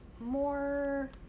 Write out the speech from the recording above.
more